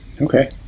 Okay